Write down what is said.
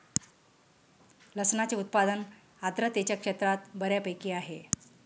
लसणाचे उत्पादन आर्द्रतेच्या क्षेत्रात बऱ्यापैकी आहे